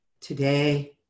today